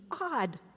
odd